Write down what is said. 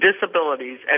disabilities